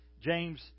James